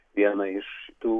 vieną iš tų